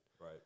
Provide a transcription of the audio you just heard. Right